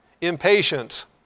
impatience